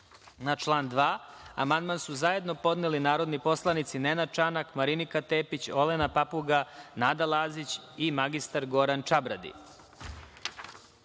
član 2. amandman su zajedno podneli narodni poslanici Nenad Čanak, Marinika Tepić, Olena Papuga, Nada Lazić i mr Goran Čabradi. Na